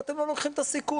למה אתם לא לוקחים את הסיכון?